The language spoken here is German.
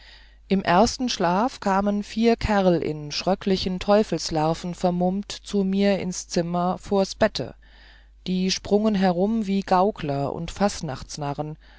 im ersten schlaf kamen vier kerl in schröcklichen teufelslarven vermummt zu mir ins zimmer vors bette die sprungen herum wie gaukler und fastnachtsnarren